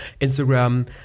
Instagram